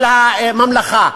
הממלכה.